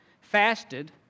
fasted